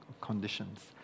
conditions